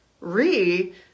Re